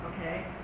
Okay